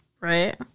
Right